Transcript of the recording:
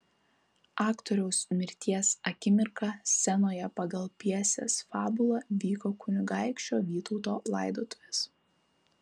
aktoriaus mirties akimirką scenoje pagal pjesės fabulą vyko kunigaikščio vytauto laidotuvės